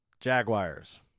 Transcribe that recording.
Jaguars